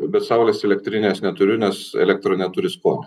bet saulės elektrinės neturiu nes elektra neturi skonio